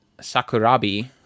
Sakurabi